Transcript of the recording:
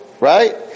Right